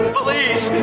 please